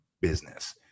business